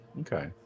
Okay